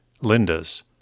Linda's